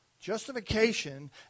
justification